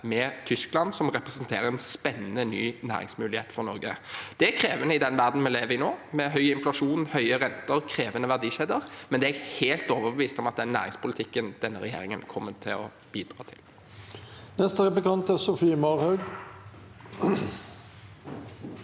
hydrogenområdet, som representerer en spennende ny næringsmulighet for Norge. Det er krevende i den verdenen vi lever i nå, med høy inflasjon, høye renter og krevende verdikjeder, men det er jeg helt overbevist om at næringspolitikken til denne regjeringen kommer til å bidra mot. Sofie Marhaug